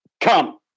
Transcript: Come